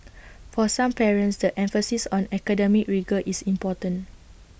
for some parents the emphasis on academic rigour is important